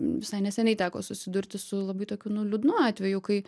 visai neseniai teko susidurti su labai tokiu nu liūdnu atveju kai